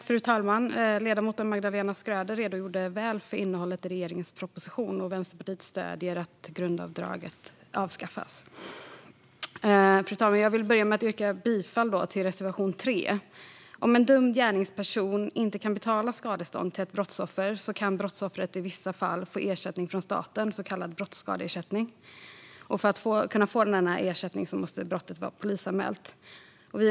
Fru talman! Ledamoten Magdalena Schröder redogjorde väl för innehållet i regeringens proposition. Vänsterpartiet stöder att grundavdraget avskaffas. Jag vill börja med att yrka bifall till reservation 3. Om en dömd gärningsperson inte kan betala skadestånd till ett brottsoffer kan brottsoffret i vissa fall få ersättning från staten, så kallad brottsskadeersättning. För att kunna få denna ersättning måste brottet vara polisanmält.